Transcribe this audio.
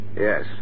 Yes